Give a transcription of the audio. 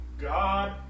God